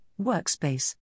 workspace